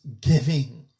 giving